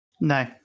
No